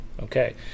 Okay